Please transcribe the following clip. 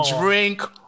drink